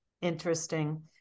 Interesting